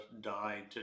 died